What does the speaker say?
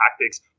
tactics